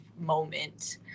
moment